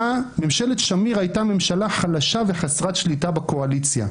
"ממשלת שמיר הייתה ממשלה חלשה וחסרת שליטה בקואליציה.